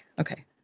Okay